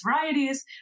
varieties